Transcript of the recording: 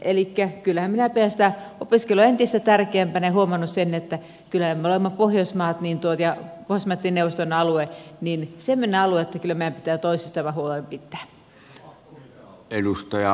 elikkä kyllä minä pidän sitä opiskelua entistä tärkeämpänä ja olen huomannut sen että kyllä me olemme pohjoismaat ja pohjoismaiden neuvoston alue semmoinen alue että kyllä meidän pitää toisistamme huolta pitää